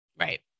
Right